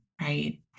right